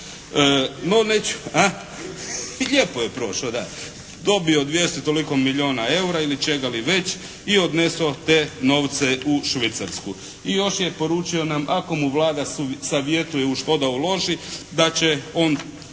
se ne čuje./… Lijepo je prošao da. Dobio je 200 i toliko milijona eura ili čega li već i odneso te novce u Švicarsku i još je poručio nam ako mu Vlada savjetuje u što da uloži da će on